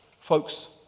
Folks